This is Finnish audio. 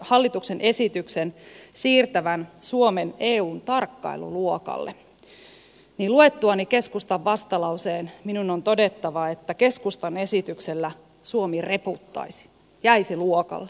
hallituksen esityksen siirtävän suomen eun tarkkailuluokalle niin luettuani keskustan vastalauseen minun on todettava että keskustan esityksellä suomi reputtaisi jäisi luokalle